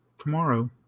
tomorrow